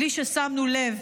בלי ששמנו לב.